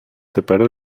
тепер